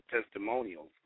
testimonials